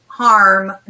harm